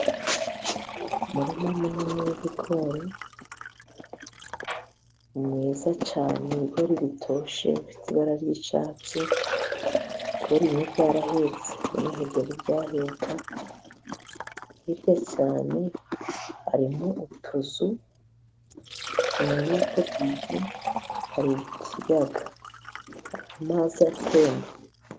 Umurima munini w'ibigori ni mwiza cyane, ibigori bitoshye bifite ibara ry'icyatsi, ibigori bimwe byarahetse ibindi ntibyari byaheka, hirya cyane harimo utuzu, nyuma y'utwo tuzu hari ikiyaga amazi atemba.